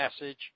message